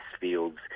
fields